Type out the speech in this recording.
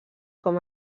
com